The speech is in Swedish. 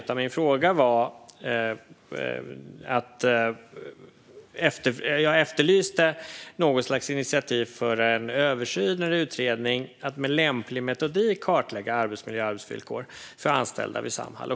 Det jag efterlyste i min fråga var något slags initiativ till en översyn eller utredning för att med lämplig metodik kartlägga arbetsmiljö och arbetsvillkor för anställda vid Samhall.